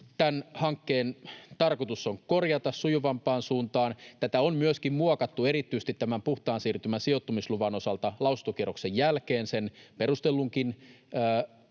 tämän hankkeen tarkoitus on korjata sujuvampaan suuntaan. Tätä on myöskin muokattu erityisesti tämän puhtaan siirtymän sijoittamisluvan osalta lausuntokierroksen jälkeen, sen perustellunkin